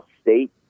State